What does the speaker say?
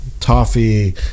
Toffee